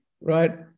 right